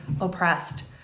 oppressed